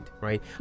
right